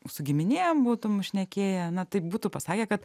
su giminėm būtum šnekėję na tai būtų pasakę kad